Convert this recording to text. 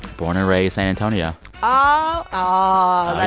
born and raised, san antonio oh. ah ah